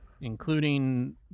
including